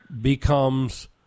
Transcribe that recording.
becomes